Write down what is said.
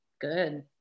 good